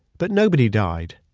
but nobody died.